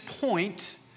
point